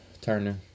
Turner